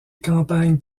campagne